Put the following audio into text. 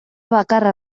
bakarra